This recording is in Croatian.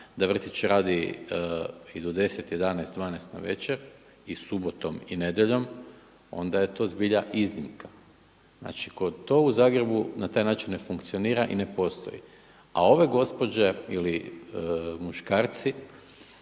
da vrtić radi i do 10, 11, 12 navečer i subotom i nedjeljom onda je to zbilja iznimka. Znači to u Zagrebu na taj način ne funkcionira i ne postoji. A ove gospođe ili muškarci